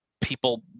people